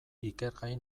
ikergai